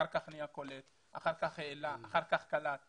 אחר כך נהיה קולט, אחר כך העלה, אחר כך קלט.